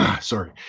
sorry